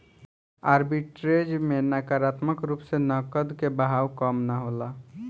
arbitrage में नकारात्मक रूप से नकद के बहाव कम ना होला